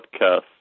Podcast